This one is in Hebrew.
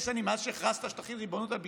עודד, עודד, עודד.